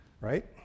right